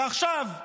עכשיו,